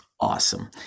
awesome